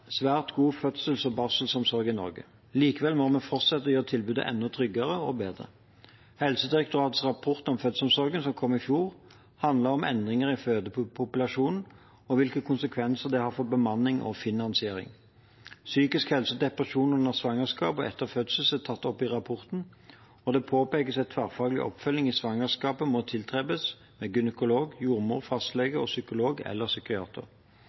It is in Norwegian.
svært god fødsels- og barselomsorg i Norge. Likevel må vi fortsette å gjøre tilbudet enda tryggere og bedre. Helsedirektoratets rapport om fødselsomsorgen, som kom i fjor, handler om endringer i fødepopulasjonen og hvilke konsekvenser det har for bemanning og finansiering. Psykisk helse og depresjon under svangerskap og etter fødsel er tatt opp i rapporten, og det påpekes at tverrfaglig oppfølging i svangerskapet må tilstrebes – med gynekolog, jordmor, fastlege og psykolog eller psykiater.